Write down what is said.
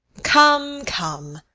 come, come,